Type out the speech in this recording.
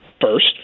first